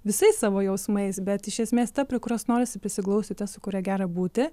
visais savo jausmais bet iš esmės ta prie kurios norisi prisiglausiti ta su kuria gera būti